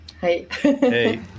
Hey